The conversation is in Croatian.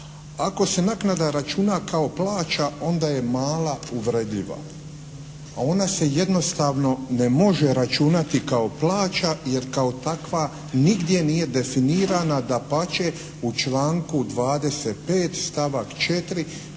Ako se naknada računa kao plaća onda je mala, uvredljiva. A ona se jednostavno ne može računati kao plaća, jer kao takva nigdje nije definirana. Dapače u članku 25. stavak 4.